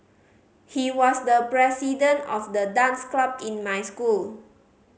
he was the president of the dance club in my school